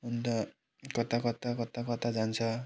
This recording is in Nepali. अन्त कता कता कता कता जान्छ